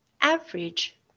average